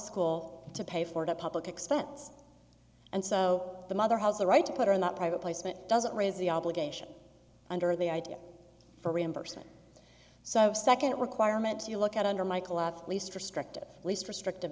school to pay for it a public expense and so the mother has the right to put her in that private placement doesn't raise the obligation under the idea for reimbursement so second requirement you look at under michael at least restrictive least restrictive